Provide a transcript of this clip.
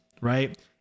right